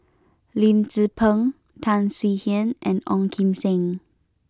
Lim Tze Peng Tan Swie Hian and Ong Kim Seng